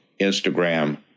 Instagram